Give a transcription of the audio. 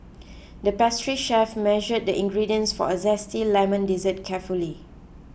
the pastry chef measured the ingredients for a Zesty Lemon Dessert carefully